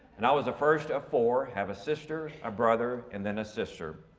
and i was the first of four have a sister, a brother and then a sister.